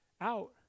out